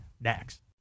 next